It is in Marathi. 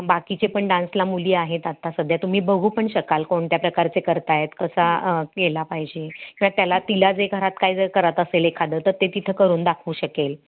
बाकीचे पण डान्सला मुली आहेत आता सध्या तुम्ही बघू पण शकाल कोणत्या प्रकारचे करत आहेत कसा केला पाहिजे किंवा त्याला तिला जे घरात काय जर करत असेल एखादं तर ते तिथं करून दाखवू शकेल